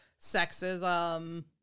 sexism